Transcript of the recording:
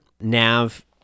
Nav